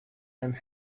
and